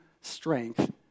strength